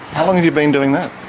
how long have you been doing that?